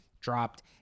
dropped